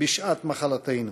בשעת מחלתנו.